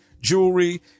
Jewelry